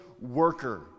worker